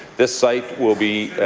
this site will be